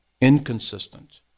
inconsistent